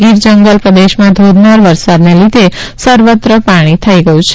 ગીર જંગલ પ્રદેશમાં ધોધમાર વરસાદને લીધે સર્વત્ર પાણી પાણી થઈ ગયું છે